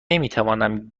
نمیتوانم